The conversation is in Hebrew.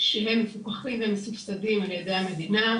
שהם מפוקחים ומסובסדים על ידי המדינה,